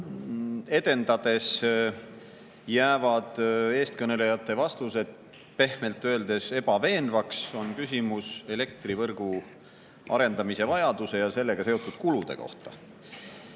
[käsitledes] jäävad eestkõnelejate vastused pehmelt öeldes ebaveenvaks, on küsimus elektrivõrgu arendamise vajadusest ja sellega seotud kuludest.